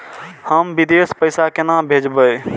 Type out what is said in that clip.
हम विदेश पैसा केना भेजबे?